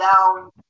down